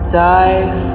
dive